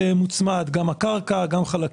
חברי הכנסת,